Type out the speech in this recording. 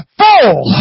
full